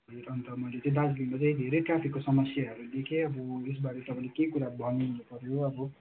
हिजो त अन्त मैले चाहिँ दार्जिलिङमा चाहिँ धेरै ट्राफिकको समस्याहरू देखेँ अब यसबारे तपाईँले केही कुरा भनिदिनु पर्यो अब